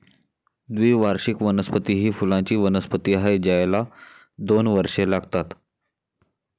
द्विवार्षिक वनस्पती ही फुलांची वनस्पती आहे ज्याला दोन वर्षे लागतात